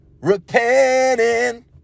repenting